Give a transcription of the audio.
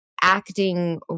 acting